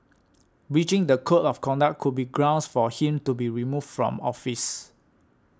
breaching the code of conduct could be grounds for him to be removed from office